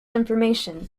information